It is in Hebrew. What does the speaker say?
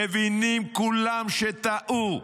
מבינים כולם שטעו,